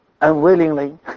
Unwillingly